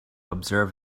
observe